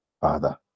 Father